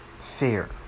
fear